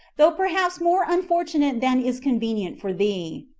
though perhaps more unfortunate than is convenient for thee.